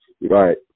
right